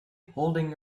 holding